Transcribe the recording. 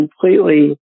completely